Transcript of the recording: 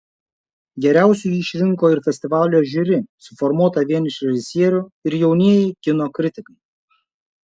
geriausiu jį išrinko ir festivalio žiuri suformuota vien iš režisierių ir jaunieji kino kritikai